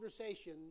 conversation